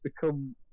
become